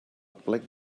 plec